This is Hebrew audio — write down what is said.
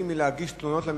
נמנעים מלהגיש תלונות למשטרה.